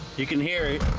you can hear it